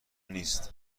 نیست